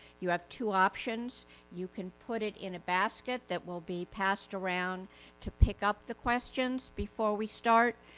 you have two options you can put it in a basket that will be passed around to pick up the questions before we start.